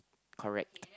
correct